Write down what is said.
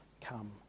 come